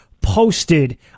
posted